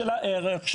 של הערך,